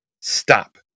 stop